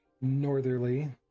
northerly